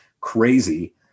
crazy